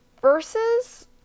Versus